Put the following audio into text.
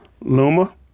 luma